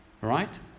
Right